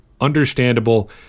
understandable